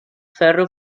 ferro